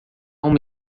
uma